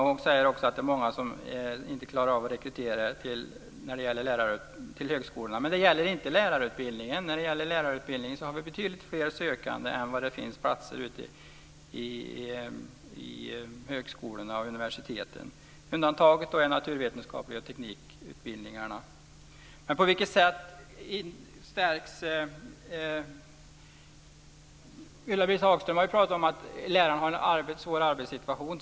Hon säger också att det är många som inte klarar av att rekrytera till högskolorna. Men det gäller inte lärarutbildningen. När det gäller lärarutbildningen har vi betydligt fler sökande än vad det finns platser ute i högskolorna och på universiteten. Undantagen är utbildningarna i naturvetenskap och teknik. Ulla-Britt Hagström har ju pratat om att lärarna har en svår arbetssituation.